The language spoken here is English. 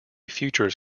futures